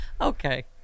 Okay